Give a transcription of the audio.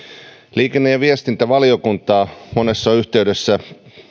liikenne ja viestintävaliokuntaa monessa yhteydessä